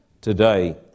today